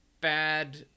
bad